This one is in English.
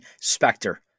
Spectre